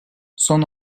son